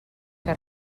que